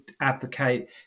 advocate